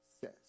says